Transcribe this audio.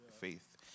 faith